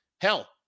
hell